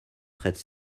prête